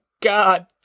God